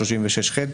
סעיף 36(ח).